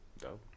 Dope